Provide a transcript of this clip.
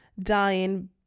dying